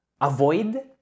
avoid